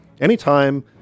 Anytime